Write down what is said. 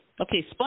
okay